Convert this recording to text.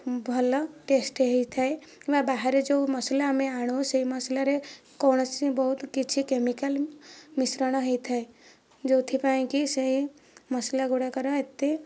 ଭଲ ଟେଷ୍ଟ ହେଇଥାଏ କିମ୍ବା ବାହାରେ ଯେଉଁ ମସଲା ଆମେ ଆଣୁ ସେହି ମସଲାରେ କୌଣସି ବହୁତ କିଛି କେମିକାଲ ମିଶ୍ରଣ ହୋଇଥାଏ ଯେଉଁଥିପାଇଁକି ସେହି ମସଲା ଗୁଡ଼ାକର ଏତେ